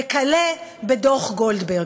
וכלה בדוח גולדברג.